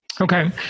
Okay